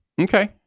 okay